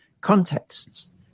contexts